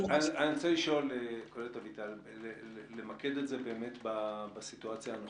אני רוצה למקד את זה בסיטואציה הנוכחית.